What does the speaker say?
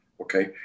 Okay